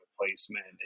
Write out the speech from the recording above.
replacement